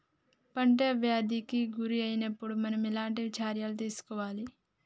పంట వ్యాధి కి గురి అయినపుడు మనం ఎలాంటి చర్య తీసుకోవాలి?